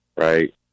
Right